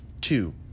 Two